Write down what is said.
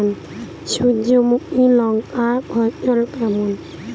সূর্যমুখী লঙ্কার ফলন কেমন?